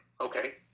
okay